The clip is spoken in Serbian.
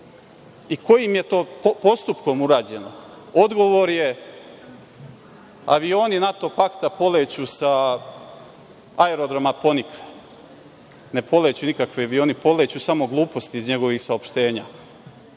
i kojim je to postupkom urađeno, odgovor je – avioni NATO pakta poleću sa aerodroma Ponikve. Ne poleću nikakvi avioni, poleću samo gluposti iz njegovih saopštenja.